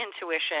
intuition